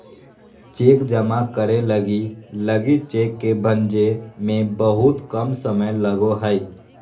cheque जमा करे लगी लगी चेक के भंजे में बहुत कम समय लगो हइ